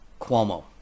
cuomo